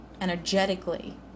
energetically